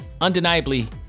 undeniably